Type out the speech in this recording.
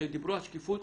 כשדיברו על שקיפות,